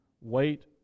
wait